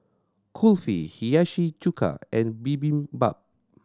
Kulfi Hiyashi Chuka and Bibimbap